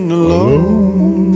alone